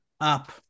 up